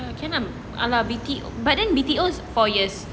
can ah !alah! but then B_T_O is four years